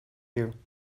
you